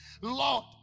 Lord